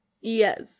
Yes